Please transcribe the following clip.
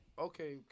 Okay